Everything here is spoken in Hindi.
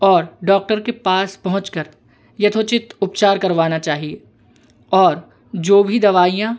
और डॉक्टर के पास पहुँचकर यथोचित उपचार करवाना चाहिए और जो भी दवाइयाँ